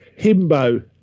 Himbo